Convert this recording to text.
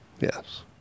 yes